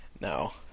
No